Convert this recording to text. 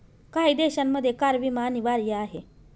काही देशांमध्ये कार विमा अनिवार्य आहे